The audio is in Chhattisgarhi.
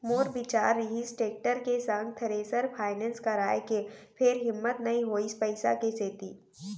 मोर बिचार रिहिस टेक्टर के संग थेरेसर फायनेंस कराय के फेर हिम्मत नइ होइस पइसा के सेती